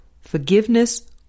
Forgiveness